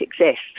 exist